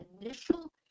initial